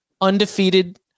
undefeated